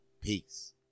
Peace